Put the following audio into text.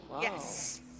Yes